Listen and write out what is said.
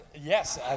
Yes